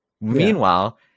meanwhile